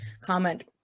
comment